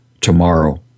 Tomorrow